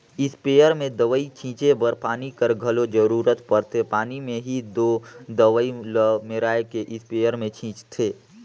sprayer में दवई छींचे बर पानी कर घलो जरूरत परथे पानी में ही दो दवई ल मेराए के इस्परे मे छींचथें